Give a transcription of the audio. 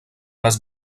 les